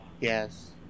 Yes